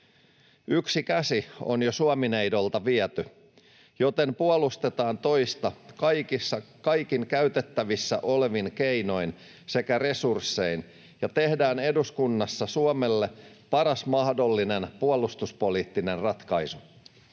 Yksi käsi on jo Suomi-neidolta viety, joten puolustetaan toista kaikin käytettävissä olevin keinoin sekä resurssein ja tehdään eduskunnassa Suomelle paras mahdollinen puolustuspoliittinen ratkaisu.